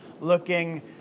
looking